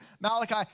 Malachi